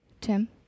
Tim